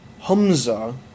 Humza